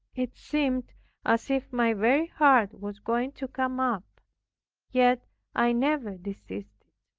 it seemed as if my very heart was going to come up yet i never desisted.